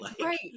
right